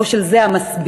או של זה המסביר,